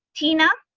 tina.